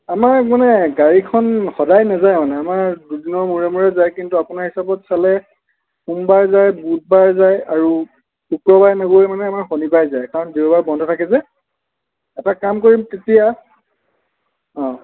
আমাৰ মানে গাড়ীখন সদায় নাযায় মানে আমাৰ দুদিনৰ মূৰে মূৰে যায় কিন্তু আপোনাৰ হিচাপত চালে সোমবাৰ যায় বুধবাৰ যায় আৰু শুক্ৰবাৰে নগৈ মানে আমাৰ শনিবাৰ যায় কাৰণ দেওবাৰে বন্ধ থাকে যে এটা কাম কৰিম তেতিয়া অ'